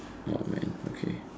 oh man okay